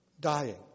Dying